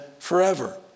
forever